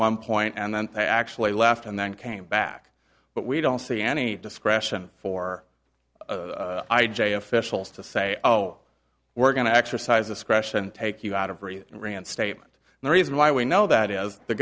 one point and then they actually left and then came back but we don't see any discretion for i j officials to say oh we're going to exercise discretion and take you out of every statement and the reason why we know that is the